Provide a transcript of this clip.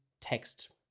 text